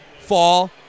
fall